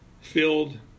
filled